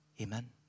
Amen